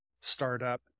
startup